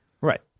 Right